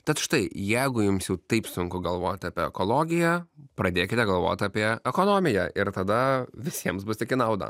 tad štai jeigu jums taip sunku galvoti apie ekologiją pradėkite galvot apie ekonomiją ir tada visiems bus tik į naudą